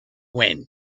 when